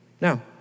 No